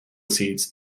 seeds